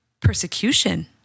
persecution